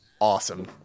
awesome